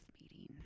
meeting